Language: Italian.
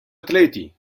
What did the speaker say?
atleti